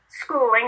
schooling